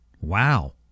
Wow